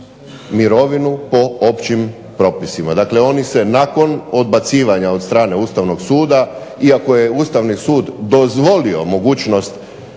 mirovinu po općim propisima. Dakle, oni se nakon odbacivanja od strane ustavnog suda, iako je ustavni sud dozvolio mogućnost